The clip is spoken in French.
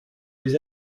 les